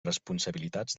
responsabilitats